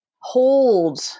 hold